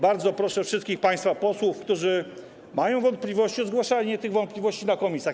Bardzo proszę wszystkich państwa posłów, którzy mają wątpliwości, o zgłaszanie ich w komisjach.